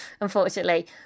unfortunately